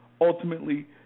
ultimately –